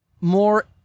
more